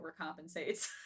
overcompensates